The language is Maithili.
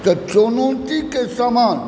तऽ चुनौतिकेँ समान